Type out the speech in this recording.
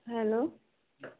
hello